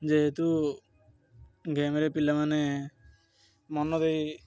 ଯେହେତୁ ଗେମ୍ରେ ପିଲାମାନେ ମନ ଦେଇ